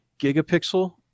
gigapixel